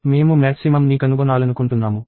మేము మ్యాక్సిమమ్ ని కనుగొనాలనుకుంటున్నాము